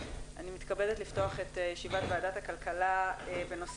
אני מתכבדת לפתוח את ישיבת ועדת הכלכלה בנושא